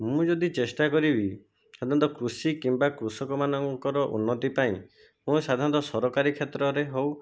ମୁଁ ଯଦି ଚେଷ୍ଟା କରିବି ସାଧାରଣତଃ କୃଷି କିମ୍ଵା କୃଷକମାନଙ୍କର ଉନ୍ନତି ପାଇଁ ଓ ସାଧାରଣତଃ ସରକାରୀ କ୍ଷେତ୍ରରେ ହଉ